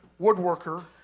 woodworker